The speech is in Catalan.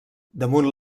damunt